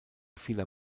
vieler